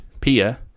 PIA